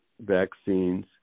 vaccines